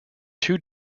two